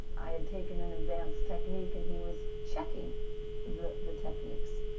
i had taken an advanced technique and he was checking the the techniques,